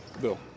Bill